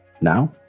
Now